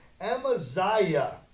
Amaziah